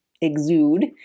exude